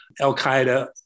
al-Qaeda